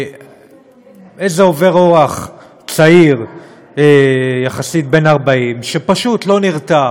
איזה עובר אורח צעיר יחסית, בן 40, שפשוט לא נרתע